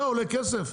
זה עולה כסף?